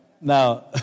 Now